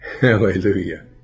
Hallelujah